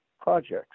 projects